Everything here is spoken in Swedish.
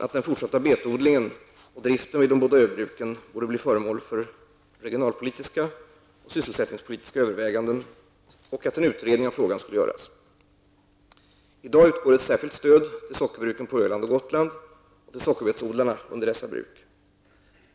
att den fortsatta betodlingen och driften vid de båda öbruken borde bli föremål för regional och sysselsättningspolitiska överväganden samt att en utredning av frågan skulle göras. I dag utgår ett särskilt stöd till sockerbruken på Öland och Gotland och till sockerbetsodlarna under dessa bruk.